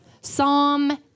Psalm